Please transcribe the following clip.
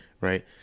right